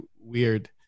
weird